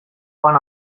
joan